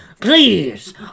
please